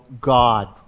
God